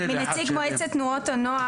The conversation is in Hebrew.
מטעם משרד החוץ או מטעם משרד החינוך,